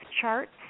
charts